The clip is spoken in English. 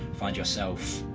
find yourself.